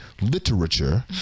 literature